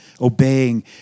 obeying